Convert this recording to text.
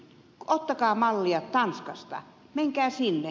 ottakaa mallia tanskasta menkää sinne